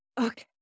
okay